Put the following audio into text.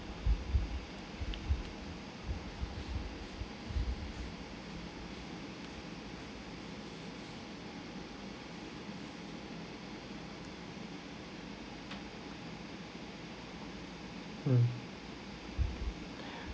mm